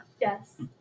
Yes